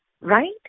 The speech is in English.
right